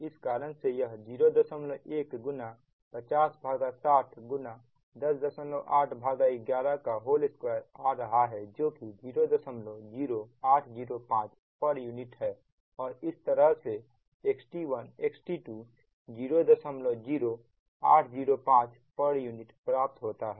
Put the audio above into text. इस कारण से यह 01 5060 108112 आ रहा है जोकि 00805 pu है और इस तरह से XT1 XT2 00805 pu प्राप्त होता है